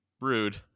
rude